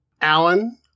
Alan